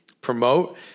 promote